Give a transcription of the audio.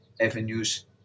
avenues